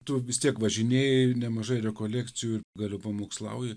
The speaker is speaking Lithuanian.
tu vis tiek važinėji nemažai rekolekcijų ir galiu pamokslauji